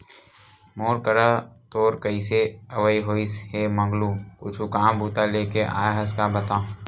मोर करा तोर कइसे अवई होइस हे मंगलू कुछु काम बूता लेके आय हस का बता?